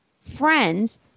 friends